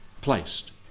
placed